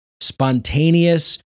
spontaneous